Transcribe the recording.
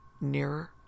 nearer